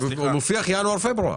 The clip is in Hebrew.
הוא מוכיח ינואר-פברואר.